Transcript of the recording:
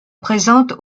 présente